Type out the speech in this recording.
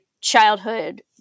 childhood